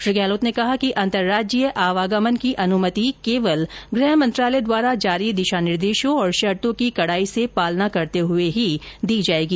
श्री गहलोत ने कहा कि अन्तर्राज्यीय आवागमन की अनुमति केवल गृह मंत्रालय द्वारा जारी दिशा निर्देशों और शर्तों की कड़ाई से पालना करते हुए ही दी जाएगी